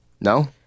No